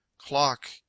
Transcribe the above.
clock